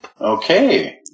Okay